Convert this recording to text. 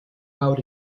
out